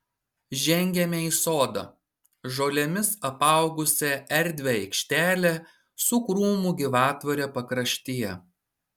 žengėme į sodą žolėmis apaugusią erdvią aikštelę su krūmų gyvatvore pakraštyje